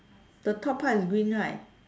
the top part is green right